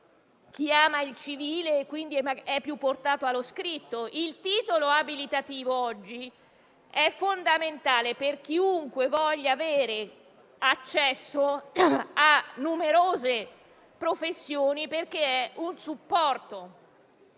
chi ama il civile ed è più portato allo scritto. Il titolo abilitativo oggi è fondamentale per chiunque voglia avere accesso a numerose professioni, perché è un supporto.